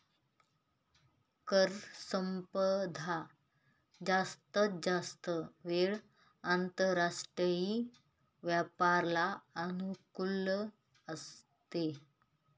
कर स्पर्धा जास्तीत जास्त वेळा आंतरराष्ट्रीय व्यापाराला अनुकूल असते